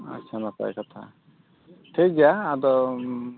ᱟᱪᱪᱷᱟ ᱱᱟᱯᱟᱭ ᱠᱟᱛᱷᱟ ᱴᱷᱤᱠ ᱜᱮᱭᱟ ᱟᱫᱚ